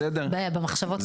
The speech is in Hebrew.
בסדר?